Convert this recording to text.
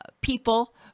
people